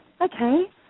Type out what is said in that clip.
okay